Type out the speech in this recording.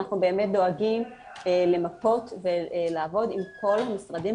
באמת דואגים למפות ולעבוד עם כל המשרדים